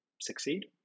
succeed